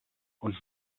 und